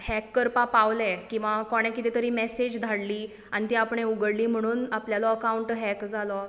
hack करपाक पावले किंवा कोणें कितें तरी मॅसेज धाडली आनी ती आपणें उघडली म्हणून आपलो अकावंट हॅक जालो